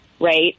right